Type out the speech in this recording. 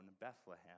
Bethlehem